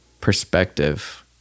perspective